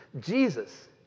Jesus